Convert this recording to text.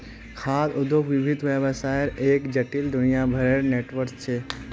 खाद्य उद्योग विविध व्यवसायर एक जटिल, दुनियाभरेर नेटवर्क छ